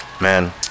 Man